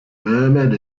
murmured